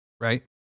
right